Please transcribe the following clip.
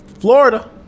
Florida